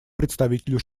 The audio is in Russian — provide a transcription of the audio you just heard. представителю